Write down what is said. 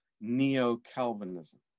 neo-Calvinism